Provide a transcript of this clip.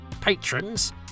Patrons